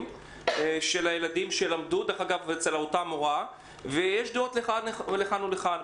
של ילדים שלמדו אצל אותה מורה ויש דעות לכאן ולכאן.